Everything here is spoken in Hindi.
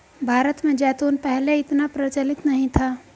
भारत में जैतून पहले इतना प्रचलित नहीं था